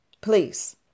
Please